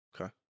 Okay